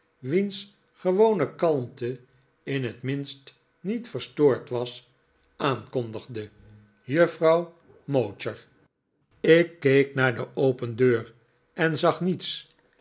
wiens gewone kalmte in het minst niet verstoord was aankondigde juffrouw mowcher david copperfield ik keek naar de open deur en zag niets